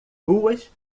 ruas